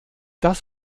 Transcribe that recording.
das